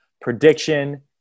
Prediction